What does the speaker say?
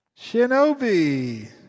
Shinobi